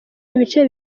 ibice